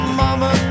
mama